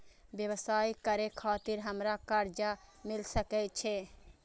व्यवसाय करे खातिर हमरा कर्जा मिल सके छे?